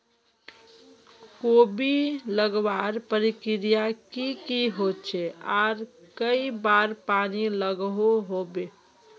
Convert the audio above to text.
कोबी लगवार प्रक्रिया की की होचे आर कई बार पानी लागोहो होबे?